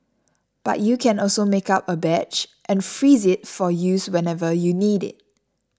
but you can also make up a batch and freeze it for use whenever you need it